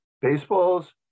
baseballs